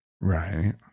Right